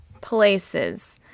places